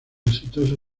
exitoso